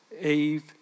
Eve